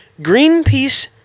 Greenpeace